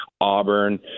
Auburn